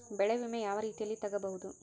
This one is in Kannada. ಬೆಳೆ ವಿಮೆ ಯಾವ ರೇತಿಯಲ್ಲಿ ತಗಬಹುದು?